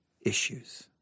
issues